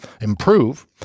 improve